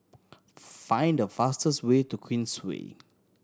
find the fastest way to Queensway